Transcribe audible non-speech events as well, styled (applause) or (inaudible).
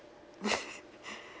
(laughs)